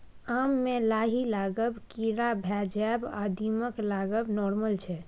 आम मे लाही लागब, कीरा भए जाएब आ दीमक लागब नार्मल छै